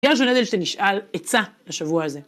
גרשון אדלשטיין נשאל עצה לשבוע הזה.